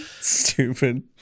Stupid